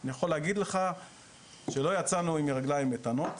אני יכול להגיד לך שלא יצאנו עם רגליים איתנות.